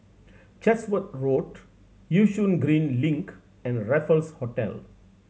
Chatsworth Road Yishun Green Link and Raffles Hotel